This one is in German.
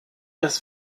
das